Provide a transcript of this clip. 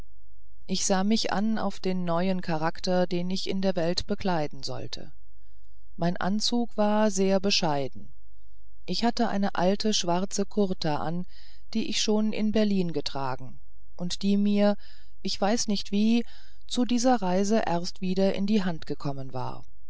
ich sah mich an auf den neuen charakter den ich in der welt bekleiden sollte mein anzug war sehr bescheiden ich hatte eine alte schwarze kurtka an die ich schon in berlin getragen und die mir ich weiß nicht wie zu dieser reise erst wieder in die hand gekommen war